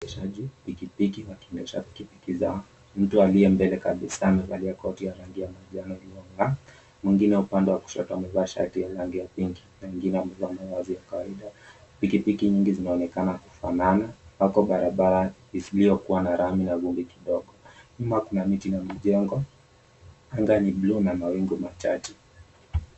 Waendeshaji pikipiki wakiendesha pikipiki zao. Mtu aliyembele kabisa amevalia koti ya rangi ya manjano iliyong'aa, mwingine upande wa kushoto amevaa pinki na wengine wamevaa mavazi ya kawaida. Pikipiki nyingi zinaonekana kufanana, wako barabarani iliyokuwa na lami na vumbi kidogo. Nyuma kuna miti na mijengo. Anga ni bluu na mawingu machache.